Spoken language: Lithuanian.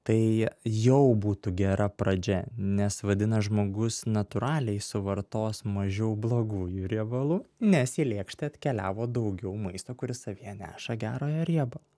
tai jau būtų gera pradžia nes vadinas žmogus natūraliai suvartos mažiau blogųjų riebalų nes į lėkštę atkeliavo daugiau maisto kuris savyje neša gerojo riebalo